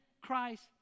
Christ